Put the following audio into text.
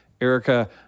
Erica